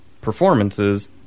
performances